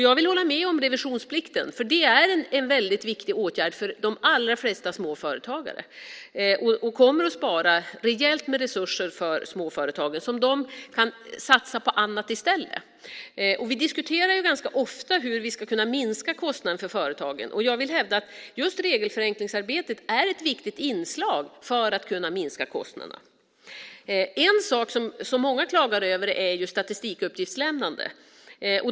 Jag vill hålla med om revisionsplikten, för det är en väldigt viktig åtgärd för de allra flesta småföretagarna och kommer att spara rejält med resurser för småföretagen som de kan satsa på annat i stället. Vi diskuterar ganska ofta hur vi ska kunna minska kostnaderna för företagen. Jag vill hävda att just regelförenklingsarbetet är ett viktigt inslag för att kunna minska kostnaderna. En sak som många klagar över är ju statistikuppgiftslämnandet.